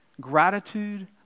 gratitude